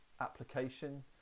application